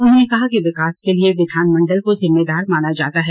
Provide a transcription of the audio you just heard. उन्होंने कहा कि विकास के लिए विधानमंडल को जिम्मेदार माना जाता है